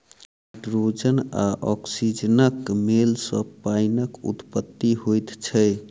hydrogen आ औक्सीजनक मेल सॅ पाइनक उत्पत्ति होइत छै